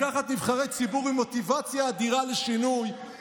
לקחת נבחרי ציבור עם מוטיבציה אדירה לשינוי,